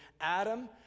Adam